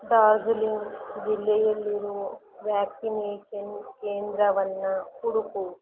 ಡಾರ್ಝಿಲಿಂಗ್ ಜಿಲ್ಲೆಯಲ್ಲಿರೋ ವ್ಯಾಕ್ಸಿನೇಷನ್ ಕೇಂದ್ರವನ್ನು ಹುಡುಕು